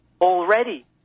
already